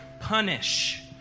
punish